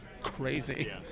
crazy